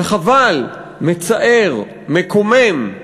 וחבל, מצער, מקומם,